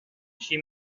she